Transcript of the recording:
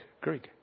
Greek